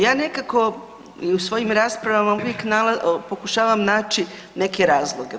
Ja nekako i u svojim raspravama uvijek pokušavam naći neke razloge.